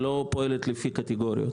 היא לא פועלת לפי קטגוריות.